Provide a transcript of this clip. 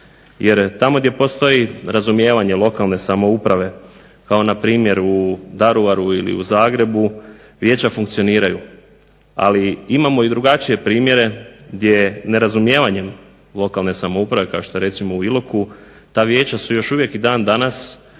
jer tamo gdje postoji razumijevanje lokalne samouprave kao npr. u Daruvaru ili u Zagrebu vijeća funkcioniraju. Ali imamo i drugačije primjere gdje nerazumijevanjem lokalne samouprave kao što je recimo u Iloku, ta vijeća su još uvijek i dan danas